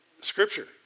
scripture